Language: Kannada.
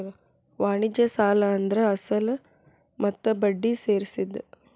ವಾಣಿಜ್ಯ ಸಾಲ ಅಂದ್ರ ಅಸಲ ಮತ್ತ ಬಡ್ಡಿ ಸೇರ್ಸಿದ್